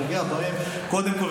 זה פוגע בהם קודם כול.